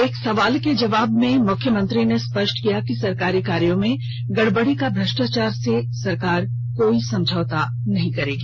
एक सवाल के जवाब में मुख्यमंत्री ने स्पष्ट किया कि सरकारी कार्यों में गड़बड़ी या भ्रष्टाचार से सरकार कोई समझौता नहीं करेगी